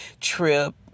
trip